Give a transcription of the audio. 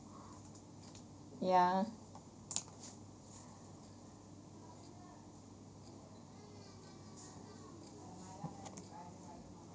ya